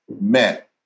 met